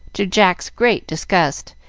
to jack's great disgust,